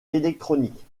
électronique